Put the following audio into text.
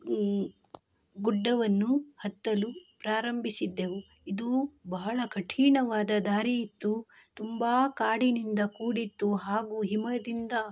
ಗುಡ್ಡವನ್ನು ಹತ್ತಲು ಪ್ರಾರಂಭಿಸಿದ್ದೆವು ಇದು ಬಹಳ ಕಠಿಣವಾದ ದಾರಿಯಿತ್ತು ತುಂಬ ಕಾಡಿನಿಂದ ಕೂಡಿತ್ತು ಹಾಗೂ ಹಿಮದಿಂದ